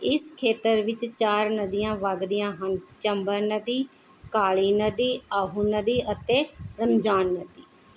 ਇਸ ਖੇਤਰ ਵਿੱਚ ਚਾਰ ਨਦੀਆਂ ਵਗਦੀਆਂ ਹਨ ਚੰਬਲ ਨਦੀ ਕਾਲੀ ਨਦੀ ਆਹੂ ਨਦੀ ਅਤੇ ਰਮਜਾਨ ਨਦੀ